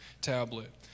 tablet